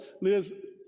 Liz